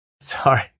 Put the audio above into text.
Sorry